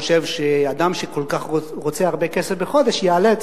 חושב שאדם שכל כך רוצה הרבה כסף בחודש יעלה את